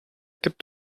gibt